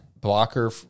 blocker